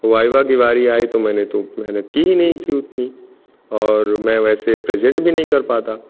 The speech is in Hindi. वाइवा की बारी आई तो मैंने तो मेहनत की ही नहीं थी उतनी और मैं वैसे प्रेज़ेंट भी नहीं कर पाता